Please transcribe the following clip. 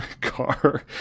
car